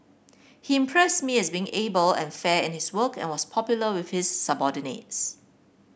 he impressed me as being able and fair in his work and was popular with his subordinates